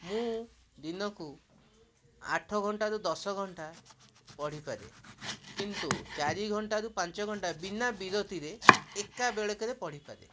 ମୁଁ ଦିନକୁ ଆଠଘଣ୍ଟାରୁ ଦଶଘଣ୍ଟା ପଢ଼ିପାରେ କିନ୍ତୁ ଚାରିଘଣ୍ଟାରୁ ପାଞ୍ଚଘଣ୍ଟା ବିନା ବିରତିରେ ଏକାବେଳକରେ ପଢ଼ିପାରେ